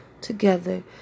together